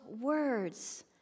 words